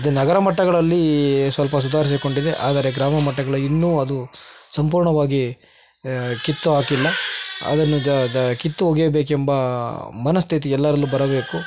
ನಗರ ಮಟ್ಟಗಳಲ್ಲಿ ಈ ಸ್ವಲ್ಪ ಸುಧಾರಿಸ್ಕೊಂಡಿದೆ ಆದರೆ ಗ್ರಾಮ ಮಟ್ಟಗಳಲ್ಲಿ ಇನ್ನೂ ಅದು ಸಂಪೂರ್ಣವಾಗಿ ಕಿತ್ತು ಹಾಕಿಲ್ಲ ಅದನ್ನು ದ ದ ಕಿತ್ತು ಒಗೆಯಬೇಕೆಂಬ ಮನಸ್ಥಿತಿ ಎಲ್ಲರಲ್ಲೂ ಬರಬೇಕು